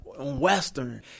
Western